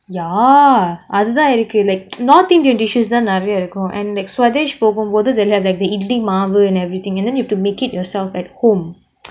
ya அது தான் இருக்கு:athu thaan iruku like north indian dishes தான் நெறைய இருக்கும்:thaan neraiya irukum and like swadesh போகும் போது:pogum pothu they will have like idli மாவு:idli maavu and everything and then you have to make it yourself at home